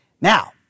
Now